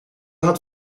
had